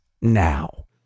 Now